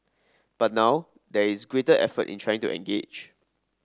but now there is greater effort in trying to engage